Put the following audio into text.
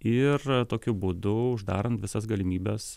ir tokiu būdu uždarant visas galimybes